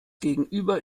gegenüber